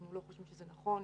אנחנו לא חושבים שזה נכון.